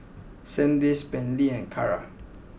Sandisk Bentley and Kara